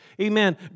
Amen